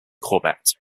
corbett